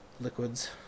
liquids